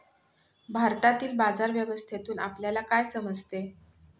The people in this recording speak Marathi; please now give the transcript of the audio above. भारतातील बाजार व्यवस्थेतून आपल्याला काय समजते?